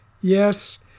Yes